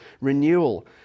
renewal